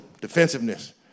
Defensiveness